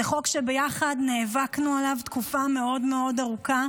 זה חוק שביחד נאבקנו עליו תקופה מאוד מאוד ארוכה,